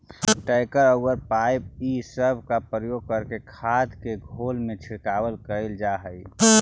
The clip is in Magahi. टैंकर औउर पाइप इ सब के प्रयोग करके खाद के घोल के छिड़काव कईल जा हई